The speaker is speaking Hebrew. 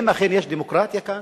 האם אכן יש דמוקרטיה כאן?